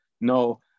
No